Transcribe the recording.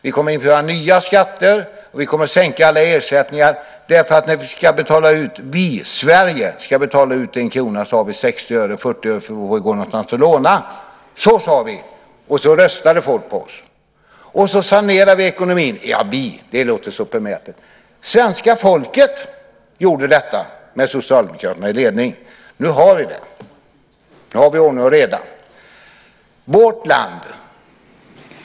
Vi kommer att införa nya skatter. Vi kommer att sänka alla ersättningar, för när vi, Sverige, ska betala ut en krona har vi bara 60 öre. 40 öre får vi gå någonstans och låna. Så sade vi. Och så röstade folk på oss. Så sanerade vi ekonomin. "Vi" låter så förmätet. Svenska folket gjorde detta med Socialdemokraterna i ledning. Nu har vi gjort det. Nu har vi ordning och reda.